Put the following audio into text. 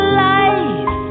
life